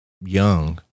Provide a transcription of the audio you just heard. young